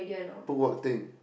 book what thing